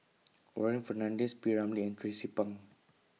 Warren Fernandez P Ramlee and Tracie Pang